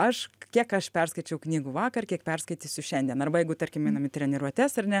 aš kiek aš perskaičiau knygų vakar kiek perskaitysiu šiandien arba jeigu tarkim einam į treniruotes ar ne